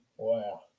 wow